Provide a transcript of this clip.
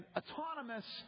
autonomous